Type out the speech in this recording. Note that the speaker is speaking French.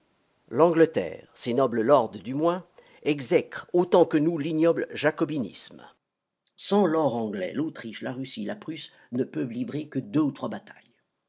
l'angleterre ses nobles lords du moins exècre autant que nous l'ignoble jacobinisme sans l'or anglais l'autriche la russie la prusse ne peuvent livrer que deux ou trois batailles